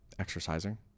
exercising